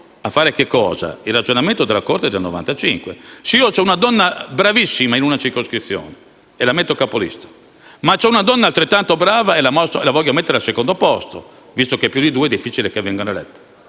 la Corte nel ragionamento alla base della sentenza del 1995. Se io ho una donna bravissima in una circoscrizione e la metto capolista e poi ho un'altra donna altrettanto brava e la voglio mettere al secondo posto (visto che più di due è difficile che vengano eletti),